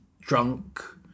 drunk